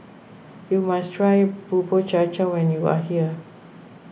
you must try Bubur Cha Cha when you are here